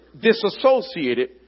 disassociated